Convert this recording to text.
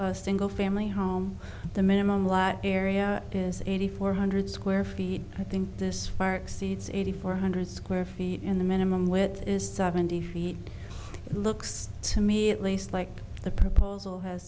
a single family home the minimum lot area is eighty four hundred square feet i think this far exceeds eighty four hundred square feet and the minimum width is seventy feet and looks to me at least like the proposal has